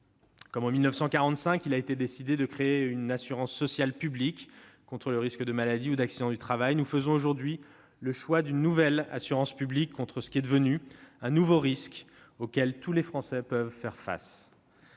En 1945, il a été décidé de créer une assurance sociale publique contre le risque de maladie ou d'accident du travail : nous faisons aujourd'hui le choix d'une nouvelle assurance publique, contre ce qui est devenu un nouveau risque, auquel tous les Français peuvent être